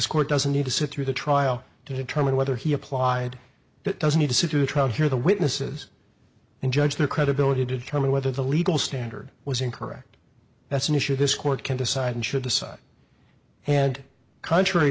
court doesn't need to sit through the trial to determine whether he applied it doesn't need to sit through a trial hear the witnesses and judge their credibility determine whether the legal standard was incorrect that's an issue this court can decide and should decide and contrary